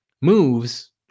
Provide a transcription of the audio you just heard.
moves